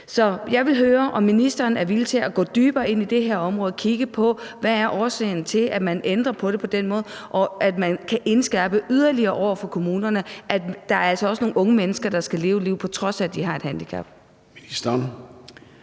Så jeg vil høre, om ministeren er villig til at gå dybere ind i det her område og kigge på, hvad årsagen er til, at man ændrer på det på den måde, og også se på, om man kan indskærpe yderligere over for kommunerne, at der altså er nogle unge mennesker, der skal leve et liv, på trods af at de har et handicap. Kl.